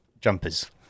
jumpers